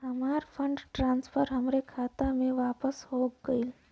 हमार fund transfer हमरे खाता मे वापस हो गईल